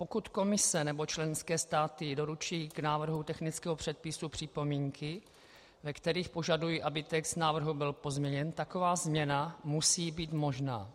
Pokud Komise nebo členské státy doručí k návrhu technického předpisu připomínky, ve kterých požadují, aby text návrhu byl pozměněn, taková změna musí být možná.